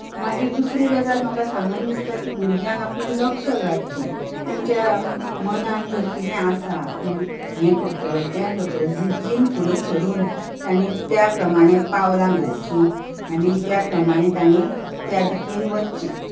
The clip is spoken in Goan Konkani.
मागीर दुसरी गजाल म्हाका सांगन दिसता ती भुरग्यांक आपलें लक्ष घाटचें तांच्या मनांत जर कितें आसा आपूण हें करतलों तें करतलों जिद्दीन फुडें सरून तांणी त्या प्रमाणें पावलां घालचीं आनी त्या प्रमाणें तांणी त्या दिकेन वचचें